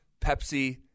Pepsi